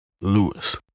Lewis